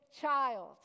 child